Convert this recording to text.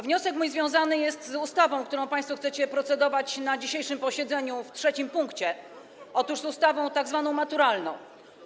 Wniosek mój związany jest z ustawą, którą państwo chcecie procedować na dzisiejszym posiedzeniu w trzecim z kolei punkcie, z tzw. ustawą maturalną.